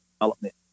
development